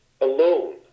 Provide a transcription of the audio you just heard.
alone